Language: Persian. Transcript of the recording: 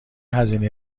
هزینه